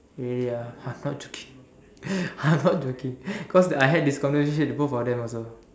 ya I'm not joking I'm not joking because I had this conversation with both of them also